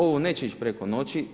Ovo neće ići preko noći.